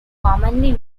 commonly